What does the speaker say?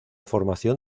formación